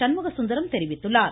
சண்முக சுந்தரம் தெரிவித்துள்ளார்